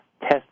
test